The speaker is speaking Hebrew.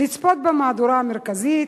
לצפות במהדורה המרכזית,